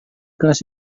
kelas